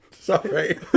Sorry